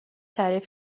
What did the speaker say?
تعریف